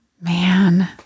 Man